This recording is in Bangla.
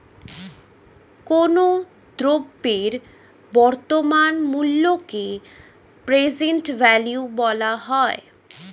কোনো দ্রব্যের বর্তমান মূল্যকে প্রেজেন্ট ভ্যালু বলা হয়